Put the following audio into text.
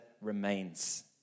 remains